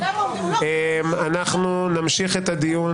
אנחנו נמשיך את הדיון,